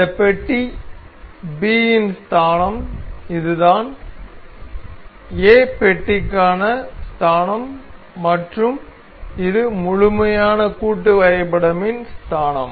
இந்த பெட்டி B இன் ஸ்தானம் இதுதான் A பெட்டிக்கான ஸ்தானம் மற்றும் இது முழுமையான கூட்டு வரைபடமின் ஸ்தானம்